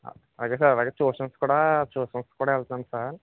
అదే సార్ అలాగే ట్యూషన్స్ కూడా ట్యూషన్స్కి కూడా వెళ్తున్నా సార్